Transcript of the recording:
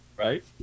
Right